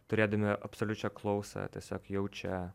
turėdami absoliučią klausą tiesiog jaučia